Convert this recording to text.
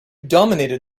dominated